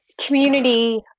Community